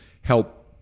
help